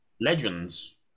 legends